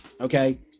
Okay